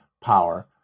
power